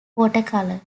watercolor